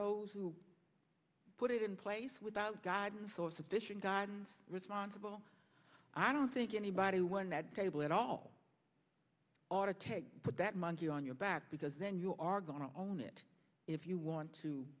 those who put it in place without guidance or sufficient guidance responsible i don't think anybody one that table at all ought to take put that monkey on your back because then you are going to own it if you want to